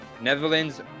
Netherlands